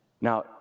Now